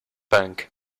punk